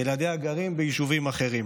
ילדיה גרים ביישובים אחרים,